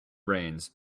rains